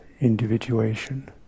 individuation